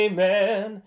Amen